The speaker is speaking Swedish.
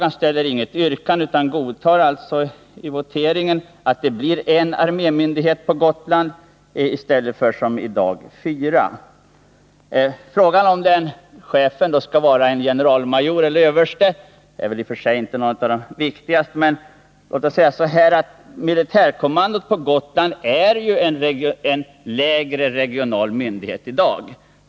Han ställde inget yrkande utan godtar i voteringen att det blir en armémyndighet på Gotland i stället för som i dag fyra. Frågan om chefen skall vara generalmajor eller överste är väl i och för sig inte en av de viktigaste frågorna. Militärkommandot på Gotland är i dag en lägre regional myndighet.